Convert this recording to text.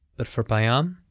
but for payam,